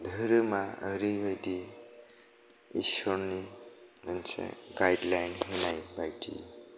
धोरोमा ओरैबायदि इसोरनि मोनसे गाइडलाइन होनाय बायदि